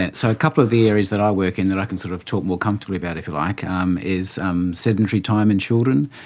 and so a couple of the areas that i work in that i can sort of talk more comfortably about like um is um sedentary time in children.